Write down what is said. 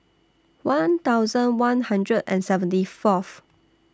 one thousand one hundred and seventy Fourth